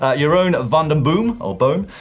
ah jeroen van den boom, or boom.